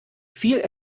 viel